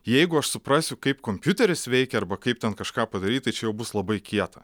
jeigu aš suprasiu kaip kompiuteris veikia arba kaip ten kažką padaryt tai čia jau bus labai kieta